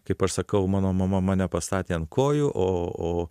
kaip aš sakau mano mama mane pastatė ant kojų o o